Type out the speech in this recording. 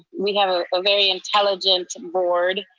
we have a ah very intelligent board,